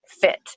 fit